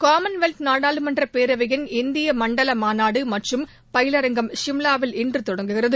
Commonwealth நாடாளுமன்ற பேரவையின் இந்திய மண்டல மாநாடு மற்றும் பயிலரங்கம் சிம்வாவில இன்று தொடங்குகிறது